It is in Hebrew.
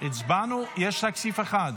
הצבענו, יש רק סעיף אחד.